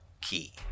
key